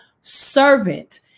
servant